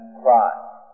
crime